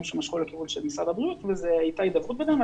שמשכו לכיוון של משרד הבריאות והייתה הדברות בינינו.